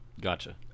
Gotcha